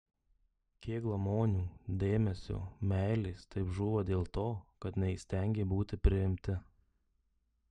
kiek glamonių dėmesio meilės taip žūva dėl to kad neįstengė būti priimti